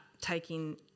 taking